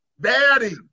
Daddy